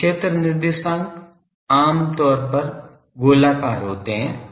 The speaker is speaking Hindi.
तो क्षेत्र निर्देशांक आमतौर पर गोलाकार होते हैं